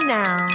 now